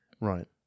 right